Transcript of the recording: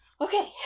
Okay